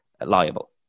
liable